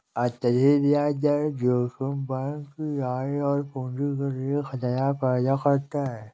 अत्यधिक ब्याज दर जोखिम बैंक की आय और पूंजी के लिए खतरा पैदा करता है